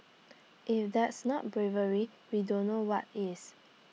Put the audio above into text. if that's not bravery we don't know what is